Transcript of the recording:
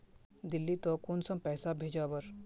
दिल्ली त कुंसम पैसा भेज ओवर?